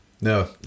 No